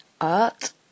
art